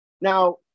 now